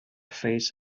face